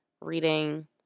reading